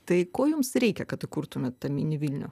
tai ko jums reikia kad įkurtumėt tą mini vilnių